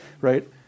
right